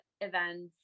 events